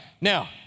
Now